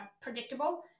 predictable